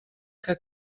que